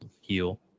heal